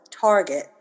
target